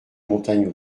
montagnes